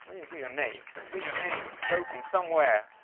you hear your name you hear your name spoken somewhere.